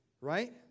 Right